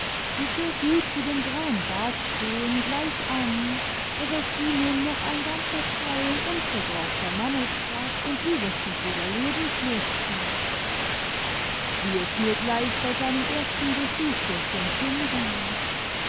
die so gut zu dem grauen bart stehen gleich an daß aus ihnen noch ein ganzer teil unverbrauchter manneskraft und überschüssiger lebenslust schaut wie es mir gleich bei seinem ersten besuch durch den sinn ging